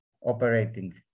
operating